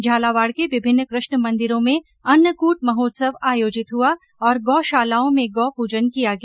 झालावाड़ के विभिन्न कृष्ण मन्दिरों में अन्नकूट महोत्सव आयोजित हुआ और गौशालाओं में गौ पूजन किया गया